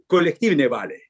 kolektyvinei valiai